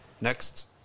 Next